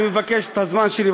אני מבקש את הזמן שלי,